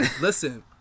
listen